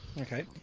Okay